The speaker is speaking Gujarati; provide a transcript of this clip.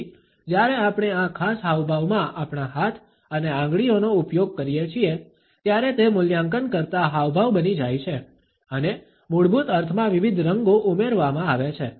તેથી જ્યારે આપણે આ ખાસ હાવભાવમાં આપણા હાથ અને આંગળીઓનો ઉપયોગ કરીએ છીએ ત્યારે તે મૂલ્યાંકનકર્તા હાવભાવ બની જાય છે અને મૂળભૂત અર્થમાં વિવિધ રંગો ઉમેરવામાં આવે છે